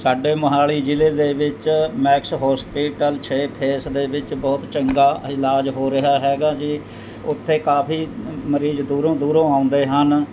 ਸਾਡੇ ਮੋਹਾਲੀ ਜ਼ਿਲ੍ਹੇ ਦੇ ਵਿੱਚ ਮੈਕਸ ਹੋਸਪਿਟਲ ਛੇ ਫੇਸ ਦੇ ਵਿੱਚ ਬਹੁਤ ਚੰਗਾ ਇਲਾਜ ਹੋ ਰਿਹਾ ਹੈਗਾ ਜੀ ਉੱਥੇ ਕਾਫੀ ਮਰੀਜ਼ ਦੂਰੋਂ ਦੂਰੋਂ ਆਉਂਦੇ ਹਨ